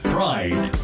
Pride